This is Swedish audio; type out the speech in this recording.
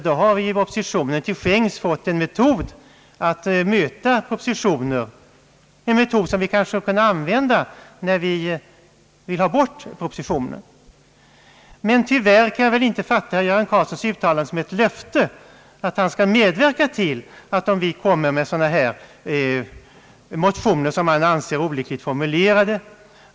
I så fall skulle ju oppositionen till skänks ha fått en metod som vi kunde använda när vi vill stjälpa propositioner. Men tyvärr kan jag väl inte fatta herr Göran Karlssons uttalande som ett löfte att medverka till att en proposition faller, om vi framlägger motioner som han anser olyckligt formulerade.